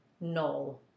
No